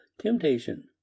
temptation